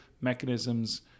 mechanisms